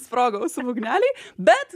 sprogo ausų būgneliai bet